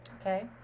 Okay